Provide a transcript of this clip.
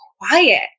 quiet